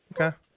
Okay